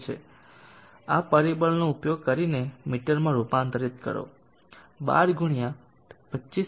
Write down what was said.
છે આ પરિબળનો ઉપયોગ કરીને મીટરમાં રૂપાંતરિત કરો 12 ગુણ્યા 25